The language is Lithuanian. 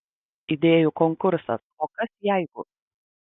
idėjų konkursas o kas jeigu